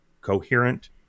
coherent